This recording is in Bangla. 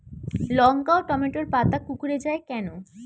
লঙ্কা ও টমেটোর পাতা কুঁকড়ে য়ায় কেন?